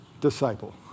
Disciple